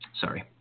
Sorry